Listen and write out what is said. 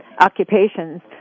occupations